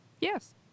yes